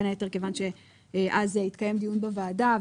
בין היתר כיוון שאז התקיים דיון בוועדה,